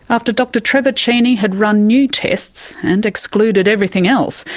after dr trevor cheney had run new tests, and excluded everything else,